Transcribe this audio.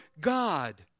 God